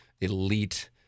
elite